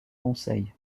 conseil